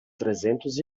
trezentos